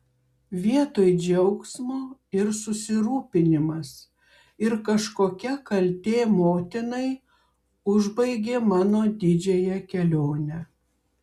vietoj džiaugsmo ir susirūpinimas ir kažkokia kaltė motinai užbaigė mano didžiąją kelionę